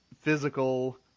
physical